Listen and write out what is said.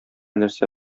нәрсә